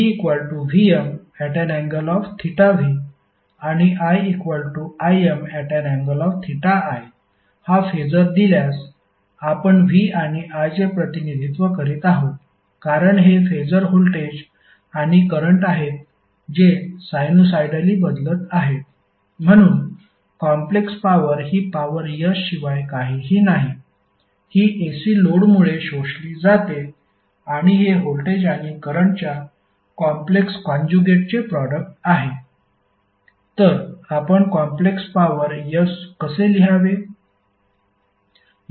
VVmv आणि IImi हा phasor दिल्यास आपण V आणि I चे प्रतिनिधित्व करीत आहोत कारण हे फेसर व्होल्टेज आणि करंट आहेत जे साईनुसाइडली बदलत आहेत म्हणून कॉम्प्लेक्स पॉवर ही पॉवर S शिवाय काहीही नाही हि AC लोडमुळे शोषली जाते आणि हे व्होल्टेज आणि करंटच्या कॉम्प्लेक्स कॉन्जुगेट चे प्रोडक्ट आहे